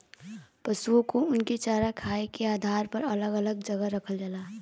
पसुओ को उनके चारा खाए के आधार पर अलग अलग जगह रखल जाला